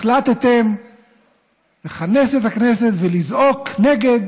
החלטתם לכנס את הכנסת ולזעוק נגד